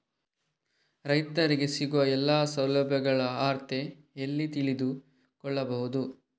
ರೈತರಿಗೆ ಸಿಗುವ ಎಲ್ಲಾ ಸೌಲಭ್ಯಗಳ ಅರ್ಹತೆ ಎಲ್ಲಿ ತಿಳಿದುಕೊಳ್ಳಬಹುದು?